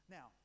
Now